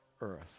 earth